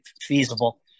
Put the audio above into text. feasible